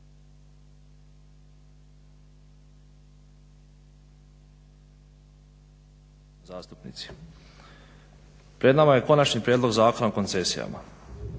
zastupnici. Pred nama je Konačni prijedlog Zakona o koncesijama.